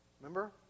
Remember